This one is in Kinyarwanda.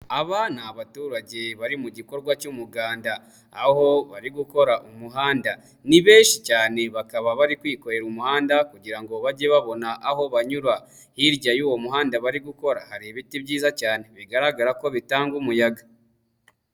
Aba ni abaturage bari mu gikorwa cy'umuganda, aho bari gukora umuhanda, ni benshi cyane bakaba bari kwikorera umuhanda kugira ngo bajye babona aho banyura, hirya y'uwo muhanda bari gukora hari ibiti byiza cyane, bigaragara ko bitanga umuyaga.